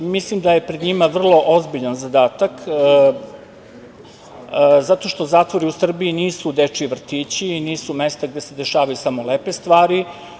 Mislim da je pred njima vrlo ozbiljan zadatak, zato što zatvori u Srbiji nisu dečiji vrtići i nisu mesta gde se dešavaju samo lepe stvari.